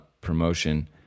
promotion